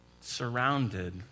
Surrounded